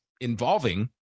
involving